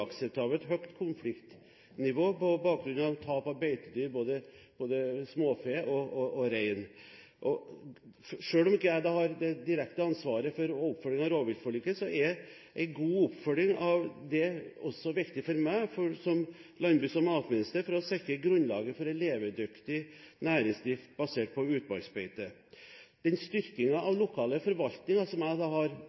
konfliktnivå på bakgrunn av tap av beitedyr, både småfe og rein. Selv om ikke jeg har det direkte ansvaret for oppfølgingen av rovviltforliket, er en god oppfølging av dette også viktig for meg som landbruks- og matminister for å sikre grunnlaget for en levedyktig næringsdrift basert på utmarksbeite. Styrkingen av den